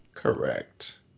Correct